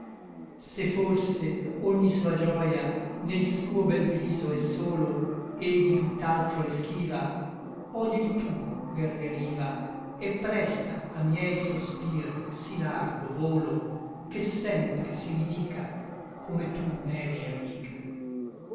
se forse ogni sua gioia nel suo bel viso è solo et di tutt'altro è schiva odil tu verde riva e presta a miei sospir sí largo volo che sempre si ridica come tu m'eri amica